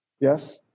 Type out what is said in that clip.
yes